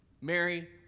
Mary